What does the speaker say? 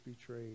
betrayed